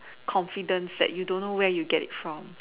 confidence that you don't know where it get from